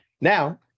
Now